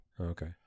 Okay